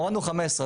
הורדנו 15%,